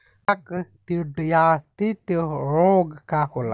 काकसिडियासित रोग का होखे?